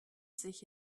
sich